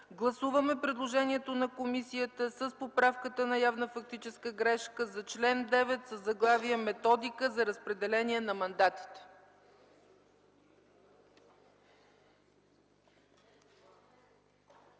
Гласуваме предложението на комисията с поправката на явна фактическа грешка за чл. 9 със заглавие „Методика за разпределение на мандатите”.